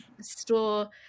store